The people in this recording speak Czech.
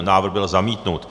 Návrh byl zamítnut.